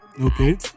Okay